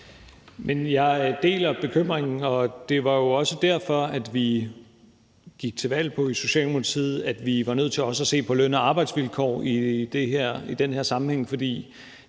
Jeg deler bekymringen, og det var jo også derfor, at vi i Socialdemokratiet gik til valg på, at vi var nødt til også at se på løn- og arbejdsvilkår i den her sammenhæng. For